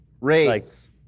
race